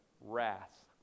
wrath